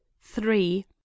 three